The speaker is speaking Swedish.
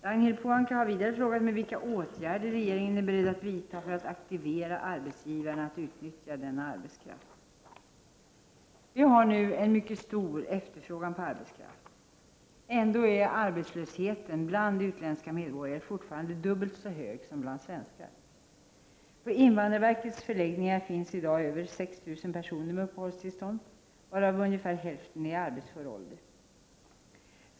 Ragnhild Pohanka har vidare frågat mig vilka åtgärder regeringen är beredd att vidta för att aktivera arbetsgivarna att utnyttja denna arbetskraft. Vi har nu en mycket stor efterfrågan på arbetskraft. Ändå är arbetslösheten bland utländska medborgare fortfarande dubbelt så hög som bland svenskar. På invandrarverkets förläggningar finns i dag över 6000 personer med uppehållstillstånd, varav ungefär hälften är i arbetsför ålder.